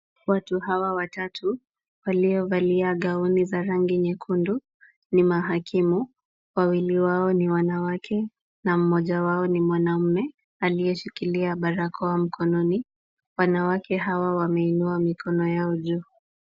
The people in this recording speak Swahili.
Watu hawa watatu waliovalia gauni za rangi nyekundu ni mahakimu. Wawili wao ni wanawake na mmoja wao ni mwanaume aliyeshikilia barakoa mkononi. Wanawake hawa wameinua mikono yao juu.